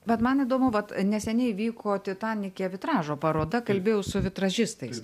bet man įdomu vat neseniai vyko titanike vitražo paroda kalbėjau su vitražistais